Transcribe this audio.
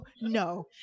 No